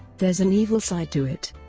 there's an evil side to it.